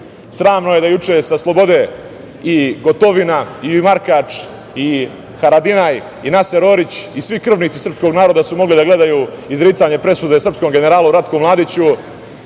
Sramno je da su juče sa slobode i Gotovina i Markač i Haradinaj i Naser Orić i svi krvnici srpskog naroda mogli da gledaju izricanje presude srpskom generalu Ratku Mladiću.